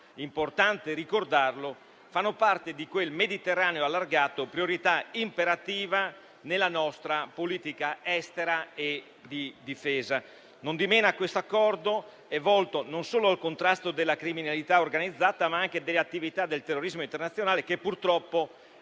importante ricordarlo - fanno parte di quel Mediterraneo allargato che è una priorità imperativa della nostra politica estera e di difesa. L'Accordo è volto non solo al contrasto della criminalità organizzata, ma anche delle attività del terrorismo internazionale che purtroppo